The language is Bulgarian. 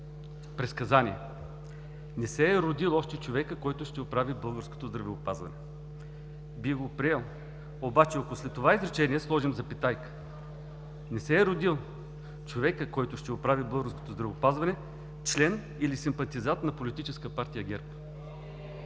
предсказание: „Не се е родил още човекът, който ще оправи българското здравеопазване“. Бих го приел, обаче ако след това изречение сложим запетайка: „Не се е родил човекът, който ще оправи българското здравеопазване, член или симпатизант на Политическа партия ГЕРБ“.